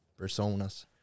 personas